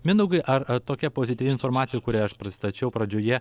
mindaugai ar tokia pozityvi informacija kurią aš pristačiau pradžioje